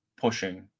pushing